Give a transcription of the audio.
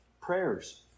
Prayers